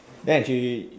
then actually